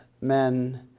men